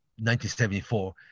1974